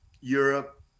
europe